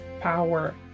power